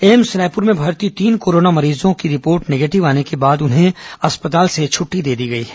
AIIMS Raipur में भर्ती तीन कोरोना मरीजों की रिपोर्ट निगेटिव आने के बाद उन्हें अस्पताल से छुट्टी दे दी गई है